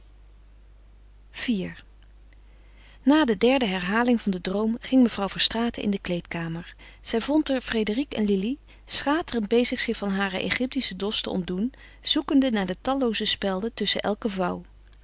iv na de derde herhaling van den droom ging mevrouw verstraeten in de kleedkamer zij vond er frédérique en lili schaterend bezig zich van haren egyptischen dos te ontdoen zoekende naar de tallooze spelden tusschen elke vouw